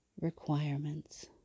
requirements